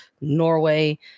Norway